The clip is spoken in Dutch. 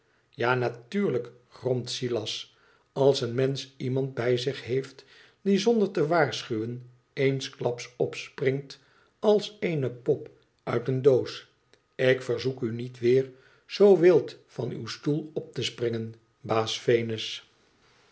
ja natuurlijk gromt silas als een mensch iemand bij zich heeft die zonder te waarschuwen eensklaps opspringt als eene pop uit een doos ik verzoek u niet weer zoo wild van uw stoel op te springen baas venus